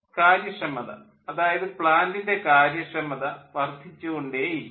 കാര്യക്ഷമത അതായത് പ്ലാൻ്റിൻ്റെ കാര്യക്ഷമത വർദ്ധിച്ചു കൊണ്ടേയിരിക്കും